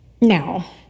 Now